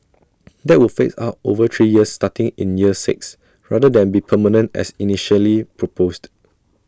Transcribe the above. that would phase out over three years starting in year six rather than be permanent as initially proposed